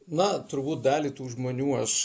na turbūt dalį tų žmonių aš